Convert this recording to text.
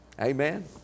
Amen